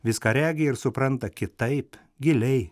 viską regi ir supranta kitaip giliai